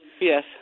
Yes